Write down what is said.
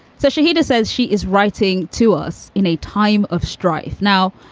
so shahida says she is writing to us in a time of strife. now,